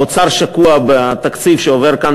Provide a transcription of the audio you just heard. האוצר שקוע בתקציב שעובר כאן,